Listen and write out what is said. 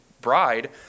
bride